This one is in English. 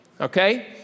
Okay